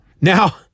Now